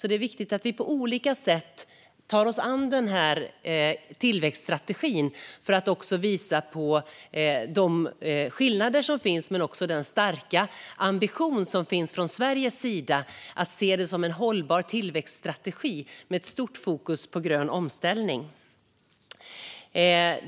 Det är viktigt att vi på olika sätt tar oss an tillväxtstrategin för att visa på de skillnader som finns men också den starka ambition som finns från Sveriges sida när det gäller att se det som en hållbar tillväxtstrategi med ett stort fokus på grön omställning.